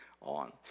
on